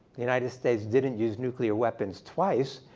the united states didn't use nuclear weapons twice.